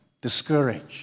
discouraged